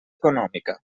econòmica